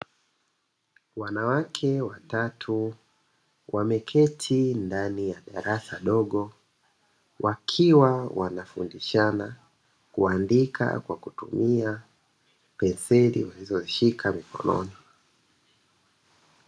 Wanawake watatu wameketi ndani ya darasa dogo, wakiwa wanafundishana kuandika kwa kutumia penseli walizoshika mkononi.